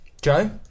joe